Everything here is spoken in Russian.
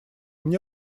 мне